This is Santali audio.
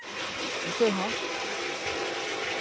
ᱵᱤᱥᱚᱭ ᱦᱚᱸ